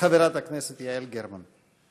חברת הכנסת יעל גרמן.